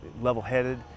level-headed